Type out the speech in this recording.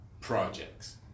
projects